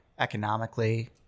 economically